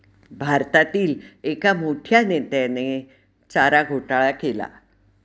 भारतातील एक मोठ्या नेत्याने चारा घोटाळा केला